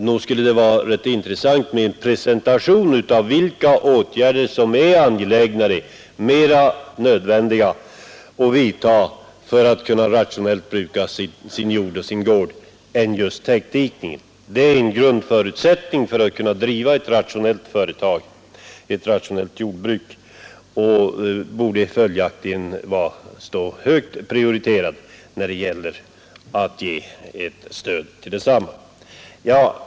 Nog skulle det vara rätt intressant att få en presentation av vilka åtgärder som är angelägnare, mera nödvändiga än just täckdikning för att man rationellt skall kunna bruka sin jord. Täckdikning är en grundförutsättning för att man skall kunna driva ett rationellt jordbruk och borde följaktligen ha hög prioritet när det gäller att ge stöd till rationaliseringsåtgärder.